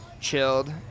Chilled